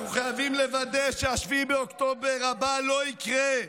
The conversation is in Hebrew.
אנחנו חייבים לוודא ש-7 באוקטובר הבא לא יקרה,